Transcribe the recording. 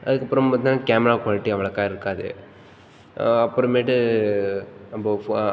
அதுக்கப்புறம் பார்த்தீன்னா camera quality அவ்வளோக்கா இருக்காது அப்புறமேட்டு நம்ம ஃப